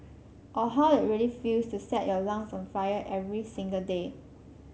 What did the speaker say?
or how it really feels to set your lungs on fire every single day